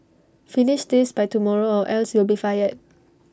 finish this by tomorrow or else you'll be fired